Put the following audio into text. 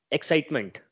Excitement